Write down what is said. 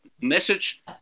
message